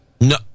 No